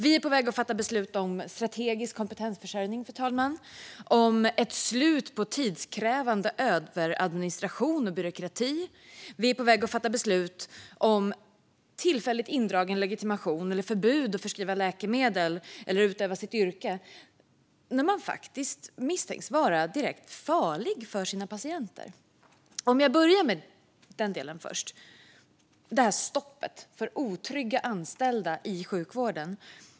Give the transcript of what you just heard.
Vi är på väg att fatta beslut om strategisk kompetensförsörjning, om ett slut på tidskrävande överadministration och byråkrati. Vi är på väg att fatta beslut om tillfälligt indragen legitimation, förbud att förskriva läkemedel eller utöva sitt yrke när man misstänks vara direkt farlig för sina patienter. Jag börjar med den delen först. Det är stoppet för otrygga anställda i sjukvården.